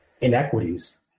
inequities